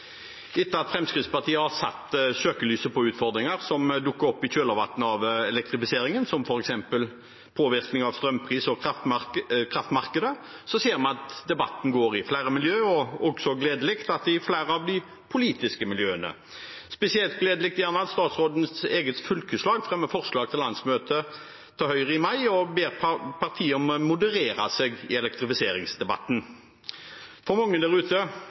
Etter at Fremskrittspartiet har satt søkelyset på utfordringer som dukker opp i kjølvannet av elektrifiseringen, som f.eks. påvirkning på strømpris og kraftmarkedet, ser vi at debatten går i flere miljøer og også – gledelig – i flere av de politiske miljøene. Spesielt gledelig er det at statsrådens eget fylkeslag fremmer forslag for landsmøtet til Høyre i mai og ber partiet moderere seg i elektrifiseringsdebatten. For mange